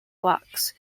blocks